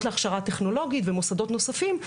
לכשרה טכנולוגית ומוסדות נוספים.